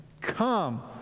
Come